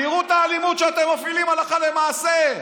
תראו את האלימות שאתם מפעילים הלכה למעשה.